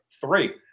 Three